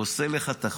פוסל לך את החוק.